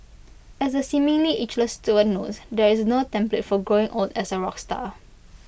as the seemingly ageless Stewart notes there is no template for growing old as A rock star